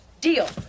Deal